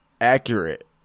accurate